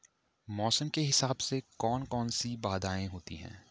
मौसम के हिसाब से कौन कौन सी बाधाएं होती हैं?